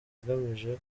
agamije